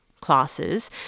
classes